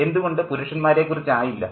എന്തുകൊണ്ട് പുരുഷൻമാരെ കുറിച്ച് ആയില്ല